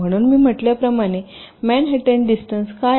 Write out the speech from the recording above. म्हणून मी म्हटल्याप्रमाणे मॅनहॅटनचे डिस्टन्स काय आहे